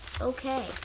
okay